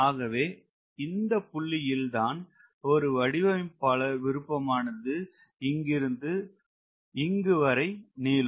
ஆகவே இந்த புள்ளியில் தான் ஒரு வடிவமைப்பாளர் விருப்பமானது இங்கிருந்து இங்கு வரை நீளும்